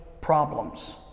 problems